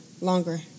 longer